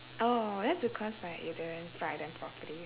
oh that's because like you didn't fry them properly